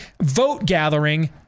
vote-gathering